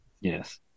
Yes